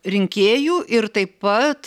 rinkėjų ir taip pat